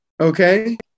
Okay